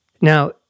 Now